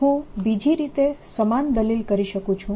હું બીજી રીતે સમાન દલીલ કરી શકું છું